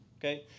okay